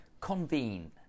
convene